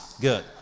Good